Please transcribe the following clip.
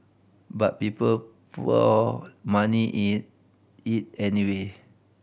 but people poured money in it anyway